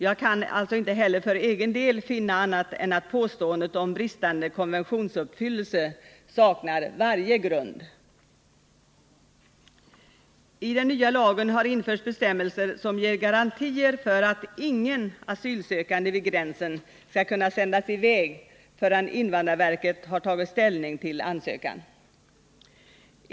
Jag kan alltså inte heller för egen del finna annat än att påståendet om bristande konventionsuppfyllelse saknar varje grund. I den nya lagen har införts bestämmelser som ger garantier för att ingen asylsökande vid gränsen skall kunna sändas i väg förrän invandrarverket har tagit ställning till ansökan.